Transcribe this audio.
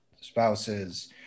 spouses